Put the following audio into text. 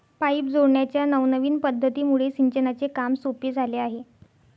pipe जोडण्याच्या नवनविन पध्दतीमुळे सिंचनाचे काम सोपे झाले आहे